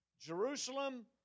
Jerusalem